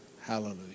Hallelujah